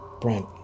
Brent